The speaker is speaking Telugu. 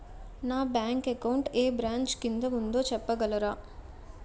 నా బ్యాంక్ అకౌంట్ ఏ బ్రంచ్ కిందా ఉందో చెప్పగలరా?